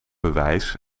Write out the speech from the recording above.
bewijs